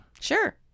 Sure